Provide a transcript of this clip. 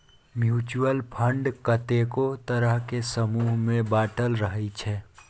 mutual fund कतेको तरहक समूह मे बाँटल रहइ छै